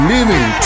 Living